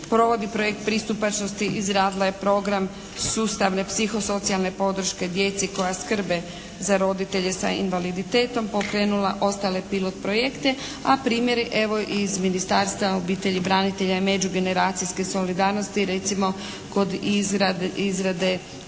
Provodi projekt pristupačnosti, izradila je program sustavne psihosocijalne podrške djeci koja skrbe za roditelje sa invaliditetom, pokrenula ostale pilot projekte, a primjer evo iz Ministarstva obitelji, branitelja i međugeneracijske solidarnosti recimo kod izrade